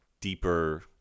deeper